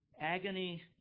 agony